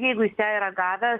jeigu jis ją yra gavęs